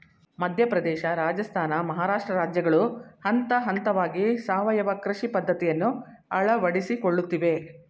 ಮಧ್ಯಪ್ರದೇಶ, ರಾಜಸ್ಥಾನ, ಮಹಾರಾಷ್ಟ್ರ ರಾಜ್ಯಗಳು ಹಂತಹಂತವಾಗಿ ಸಾವಯವ ಕೃಷಿ ಪದ್ಧತಿಯನ್ನು ಅಳವಡಿಸಿಕೊಳ್ಳುತ್ತಿವೆ